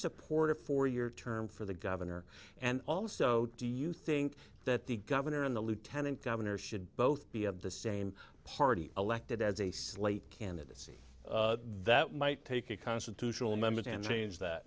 support a four year term for the governor and also do you think that the governor and the lieutenant governor should both be at the same party elected as a slate candidacy that might take a constitutional